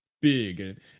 big